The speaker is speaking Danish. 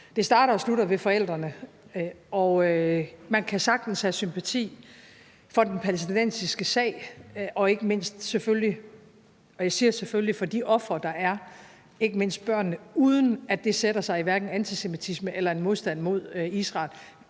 Det starter og slutter ved forældrene, og man kan sagtens have sympati for den palæstinensiske sag og selvfølgelig ikke mindst – og jeg siger selvfølgelig – for de ofre, der er, ikke mindst børnene, uden at det sætter sig i hverken en antisemitisme eller en modstand mod Israel.